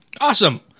Awesome